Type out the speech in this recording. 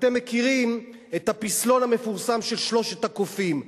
אתם מכירים את הפסלון המפורסם של שלושת הקופים: